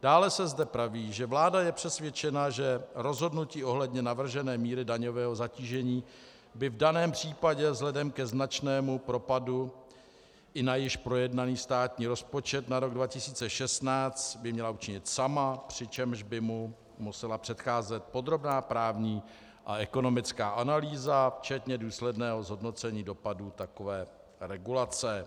Dále se zde praví, že vláda je přesvědčena, že rozhodnutí ohledně navržené míry daňového zatížení by v daném případě vzhledem ke značnému propadu i na již projednaný státní rozpočet na rok 2016 měla učinit sama, přičemž by mu musela předcházet podrobná právní a ekonomická analýza včetně důsledného zhodnocení dopadů takové regulace.